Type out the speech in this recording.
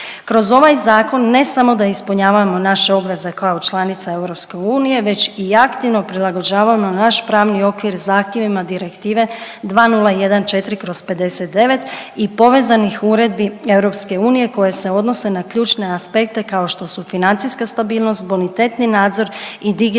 Kroz ovaj zakon, ne samo da ispunjavamo naše obveze kao članica EU, već i aktivnost prilagođavamo naš pravni okvir zahtjevima direktive 2014/59 i povezanih uredbi EU koje se odnose na ključne aspekte kao što su financijska stabilnost, bonitetni nadzor i digitalna